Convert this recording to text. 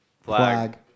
Flag